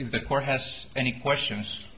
if the court has any questions